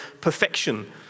perfection